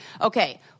okay